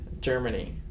Germany